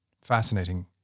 Fascinating